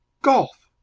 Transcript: golf!